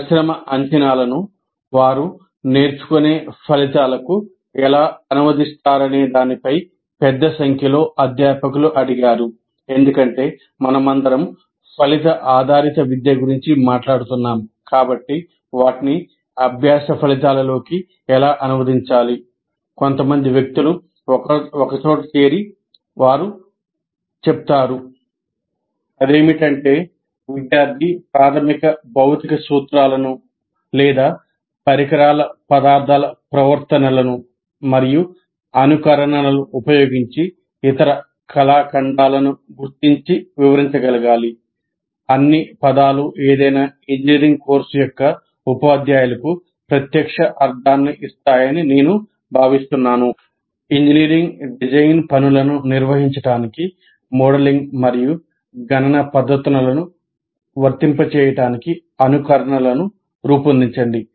పరిశ్రమ అంచనాలను వారు నేర్చుకునే ఫలితాలకు ఎలా అనువదిస్తారనే దానిపై పెద్ద సంఖ్యలో అధ్యాపకులు అడిగారు ఇంజనీరింగ్ డిజైన్ పనులను నిర్వహించడానికి మోడలింగ్ మరియు గణన పద్ధతులను వర్తింపచేయడానికి అనుకరణలను రూపొందించండి